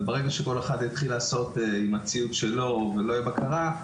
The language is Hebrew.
וברגע שכול אחד יתחיל לעשות עם הציוד שלו ללא בקרה,